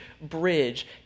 bridge